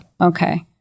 Okay